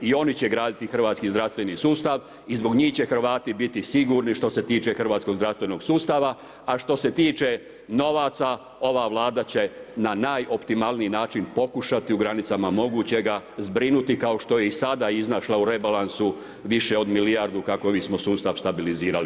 I oni će graditi hrvatski zdravstveni sustav i zbog njih će Hrvati biti sigurni što se tiče hrvatskog zdravstvenog sustava a što se tiče novaca ova Vlada će na najoptimalniji način pokušati u granicama mogućega zbrinuti kao što je i sada iznašla u rebalansu više od milijardu kako bismo sustav stabilizirali.